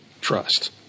trust